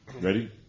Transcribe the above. ready